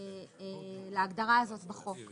להגדרה הזאת בחוק